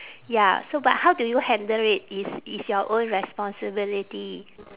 ya so but how do you handle it is is your own responsibility